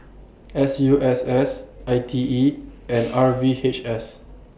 S U S S I T E and R V H S